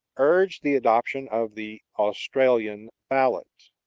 urged the adoption of the australian ballot.